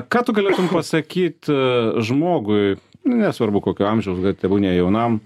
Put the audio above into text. ką tu galėtum pasakyt žmogui nu nesvarbu kokio amžiaus bet tebūnie jaunam